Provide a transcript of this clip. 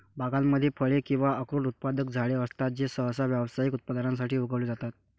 बागांमध्ये फळे किंवा अक्रोड उत्पादक झाडे असतात जे सहसा व्यावसायिक उत्पादनासाठी उगवले जातात